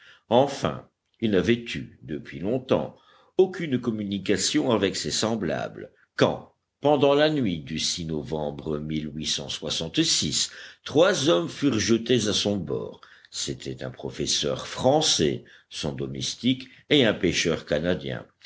enfin il n'avait eu depuis longtemps aucune communication avec ses semblables quand pendant la nuit du novembre trois hommes furent jetés à son bord c'étaient un professeur français son domestique et un pêcheur canadien